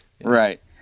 Right